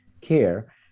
care